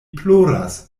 ploras